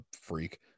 freak